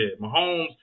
Mahomes